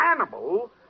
animal